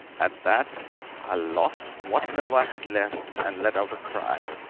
at that i lost what nerve i had left, and let out a cry,